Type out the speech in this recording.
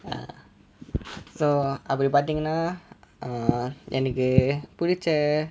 err so அப்படி பார்தீங்கன்னா:appadi partheenganna uh எனக்கு பிடிச்ச:enakku piditcha